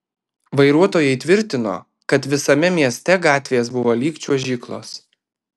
vairuotojai tvirtino kad visame mieste gatvės buvo lyg čiuožyklos